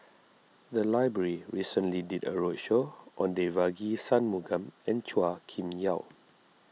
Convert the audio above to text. the library recently did a roadshow on Devagi Sanmugam and Chua Kim Yeow